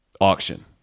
auction